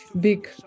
big